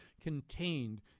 contained